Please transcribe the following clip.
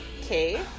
okay